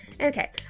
Okay